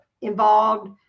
involved